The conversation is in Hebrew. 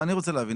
אני רוצה להבין.